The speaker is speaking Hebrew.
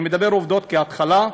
אני מציג עובדות בהתחלה.